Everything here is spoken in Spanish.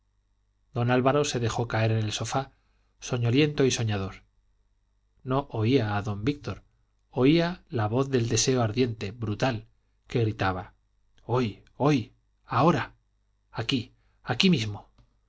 don álvaro se dejó caer en el sofá soñoliento y soñador no oía a don víctor oía la voz del deseo ardiente brutal que gritaba hoy hoy ahora aquí aquí mismo